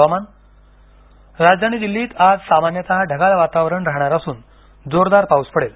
हवामान राजधानी दिल्लीत आज सामान्यतः ढगाळ वातावरण राहणार असून जोरदार पाऊस पडेल